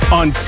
on